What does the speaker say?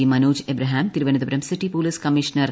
G Manoj Abraham Thiruvananthapuram city police commissioner P